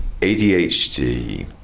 ADHD